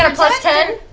and plus ten.